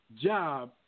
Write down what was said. job